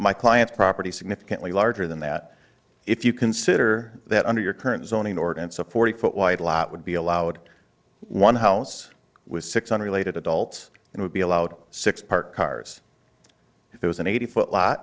my client's property significantly larger than that if you consider that under your current zoning ordinance a forty foot wide lot would be allowed one house with six unrelated adults and would be allowed six park cars if there was an eighty foot lot